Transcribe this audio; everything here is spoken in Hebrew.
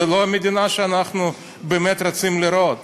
זו לא המדינה שאנחנו באמת רוצים לראות.